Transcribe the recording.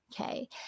Okay